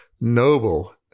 noble